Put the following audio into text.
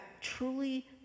truly